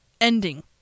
ending